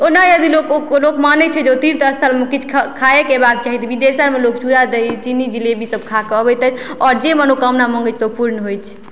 ओना यदि लोक ई लोक मानै छै जे तीर्थ अस्थलमे किछ खा खाएके एबाके चाही बिदेशरमे लोक चूड़ा दही चिन्नी जलेबी सब खाके अबैत अइछ और जे मनोकामना मंगैत अइछ ओ पूर्ण होइ छै